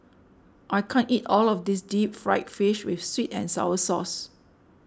I can't eat all of this Deep Fried Fish with Sweet and Sour Sauce